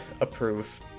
approve